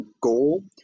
goal